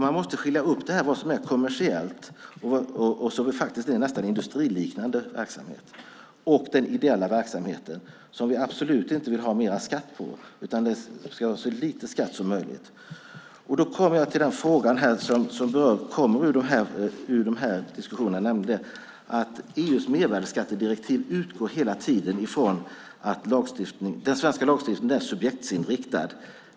Man måste skilja på kommersiell och faktiskt nästan industriliknande verksamhet och den ideella verksamhet som vi absolut inte vill ha mer skatt på. På den verksamheten ska det vara så lite skatt som möjligt. Då kommer jag till den fråga som kommer ur dessa diskussioner, nämligen att den svenska lagstiftningen är subjektsinriktad.